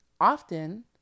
Often